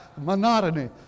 Monotony